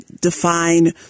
define